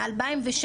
מ-2016.